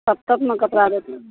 कब तकमे कपड़ा दैतिये रऽ